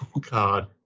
God